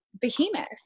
Behemoth